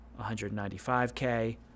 195K